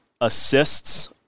assists